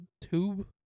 tube